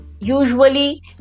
usually